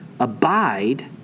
Abide